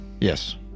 Yes